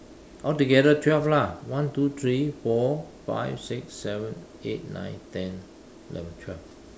altogether twelve lah one two three four five six seven eight nine ten eleven twelve